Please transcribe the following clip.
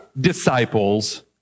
disciples